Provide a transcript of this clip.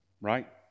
right